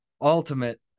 ultimate